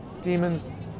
Demons